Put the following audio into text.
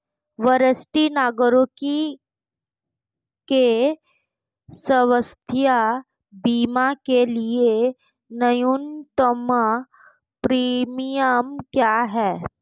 वरिष्ठ नागरिकों के स्वास्थ्य बीमा के लिए न्यूनतम प्रीमियम क्या है?